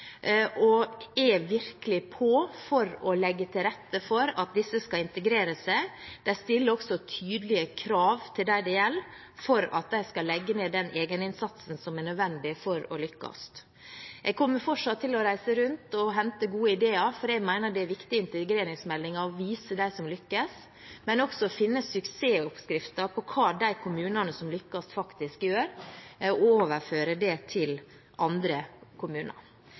og er virkelig på for å legge til rette for at disse skal integrere seg. De stiller også tydelige krav til dem det gjelder, om at de skal legge ned den egeninnsatsen som er nødvendig for å lykkes. Jeg kommer fortsatt til å reise rundt og hente gode ideer, for jeg mener det er viktig i integreringsmeldingen å vise fram dem som lykkes, men også å finne suksessoppskriften på hva de kommunene som lykkes, faktisk gjør, og overføre det til andre kommuner.